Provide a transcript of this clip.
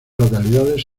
localidades